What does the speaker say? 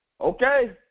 okay